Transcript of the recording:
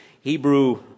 Hebrew